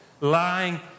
lying